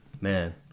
man